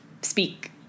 speak